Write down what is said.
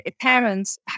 parents